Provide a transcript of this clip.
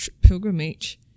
pilgrimage